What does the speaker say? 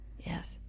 Yes